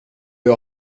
jag